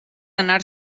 anar